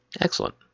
Excellent